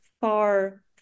far